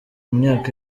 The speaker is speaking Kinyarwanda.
myaka